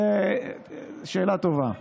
זו שאלה טובה.